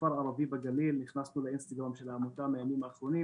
מכפר ערבי בגליל נכנסנו --- של העמותה מהימים האחרונים